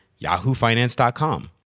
yahoofinance.com